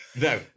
no